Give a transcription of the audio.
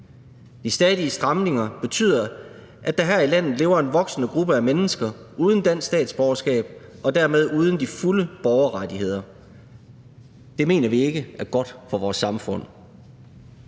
De stadige stramninger betyder, at der her i landet lever en voksende gruppe af mennesker uden dansk statsborgerskab og dermed uden de fulde borgerrettigheder. Det mener vi ikke er godt for vores samfund.